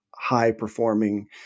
high-performing